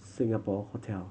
Singapore Hotel